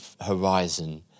horizon